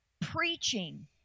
preaching